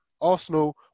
Arsenal